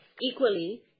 Equally